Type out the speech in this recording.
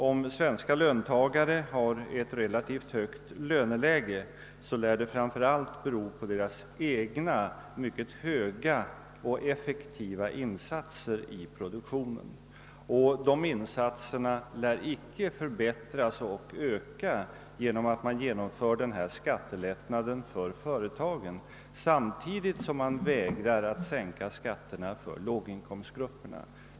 Om svenska löntagare har ett relativt högt löneläge, lär det framför allt bero på deras egna mycket effektiva insatser i produktionen. Dessa insatser torde icke ökas genom att man genomför denna skattelättnad för företagen samtidigt som man vägrar att sänka skatterna för låginkomstgrupperna.